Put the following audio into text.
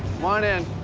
on in.